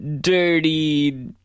dirty